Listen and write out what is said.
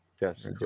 Yes